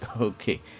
Okay